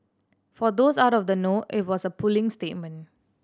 for those out of the know it was a puling statement